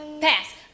Pass